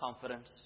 confidence